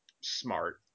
smart